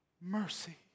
mercy